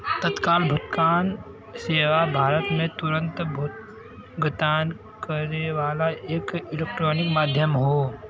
तत्काल भुगतान सेवा भारत में तुरन्त भुगतान करे वाला एक इलेक्ट्रॉनिक माध्यम हौ